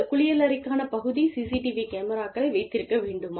குளியலறைகளுக்கான பகுதி சிசிடிவி கேமராக்களை வைத்திருக்க வேண்டுமா